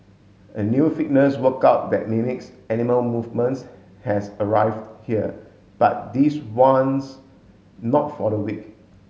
a new fitness workout that mimics animal movements has arrived here but this one's not for the weak